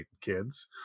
kids